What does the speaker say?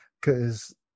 Cause